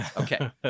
Okay